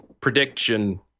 prediction